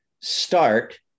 start